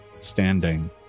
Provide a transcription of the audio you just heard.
standing